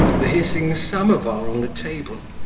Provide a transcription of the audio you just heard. the hissing samovar on the table,